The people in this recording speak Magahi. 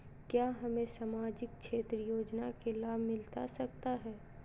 क्या हमें सामाजिक क्षेत्र योजना के लाभ मिलता सकता है?